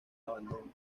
abandono